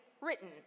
written